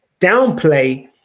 downplay